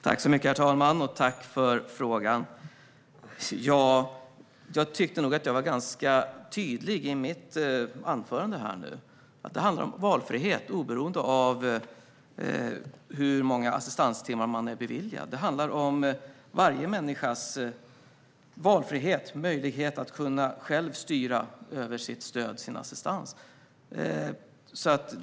Herr talman! Tack för frågan! Jag tyckte nog att jag var tydlig i mitt anförande. Det handlar om valfrihet oberoende av hur många assistanstimmar man är beviljad. Det handlar om varje människas valfrihet, det vill säga möjlighet att själv styra över sitt stöd och sin assistans.